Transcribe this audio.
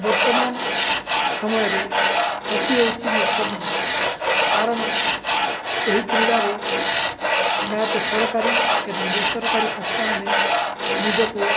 ବର୍ତ୍ତମାନ ସମୟରେ ହକି ହେଉଛି ମୁଖ୍ୟତମ କାରଣ ଏହି କ୍ରୀଡ଼ାରେ ପ୍ରାୟତଃ ସରକାରୀ ଏବଂ ବେସରକାରୀ ସଂସ୍ଥା ମାନେ ନିଜକୁ